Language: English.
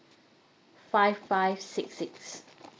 five five six six